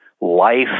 life